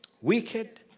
Wicked